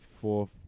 fourth